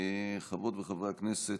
חברות וחברי הכנסת,